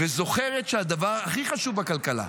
וזוכרת שהדבר הכי חשוב בכלכלה,